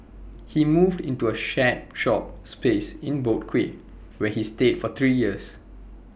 he moved into A shared shop space in boat quay where he stayed for three years